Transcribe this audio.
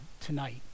tonight